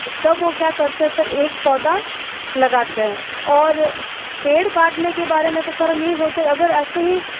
तब वो क्या करते है सर एक पौधा लगाते हैं और पेड़ काटने के बारे में तो सर हम यही सोचते हैं अगर ऐसे ही